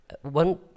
one